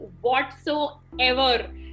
whatsoever